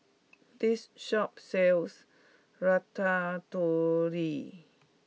this shop sells Ratatouille